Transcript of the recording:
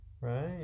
right